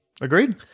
Agreed